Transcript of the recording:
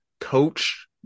coach